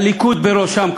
הליכוד בראשם,